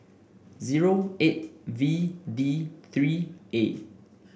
zero eight V D three A